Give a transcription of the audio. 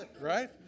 right